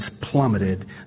plummeted